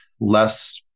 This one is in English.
less